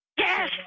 Yes